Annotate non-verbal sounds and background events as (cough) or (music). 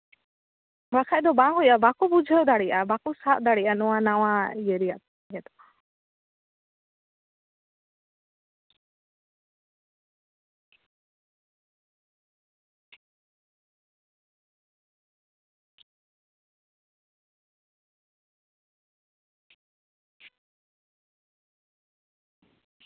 ᱵᱟᱠᱷᱟᱡ ᱫᱚ ᱵᱟᱝ ᱦᱩᱭᱩᱜᱼᱟ ᱵᱟᱠᱚ ᱵᱩᱡᱷᱟᱹᱣ ᱫᱟᱲᱭᱟᱜᱼᱟ ᱵᱟᱠᱚ ᱥᱟᱵ ᱫᱟᱲᱮᱭᱟᱜᱼᱟ ᱱᱚᱣᱟ ᱱᱟᱣᱟ ᱤᱭᱟᱹ ᱨᱮᱭᱟᱜ (unintelligible)